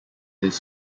this